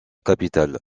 capitale